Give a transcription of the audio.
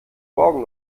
morgen